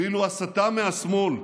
ואילו הסתה מהשמאל,